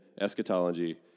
eschatology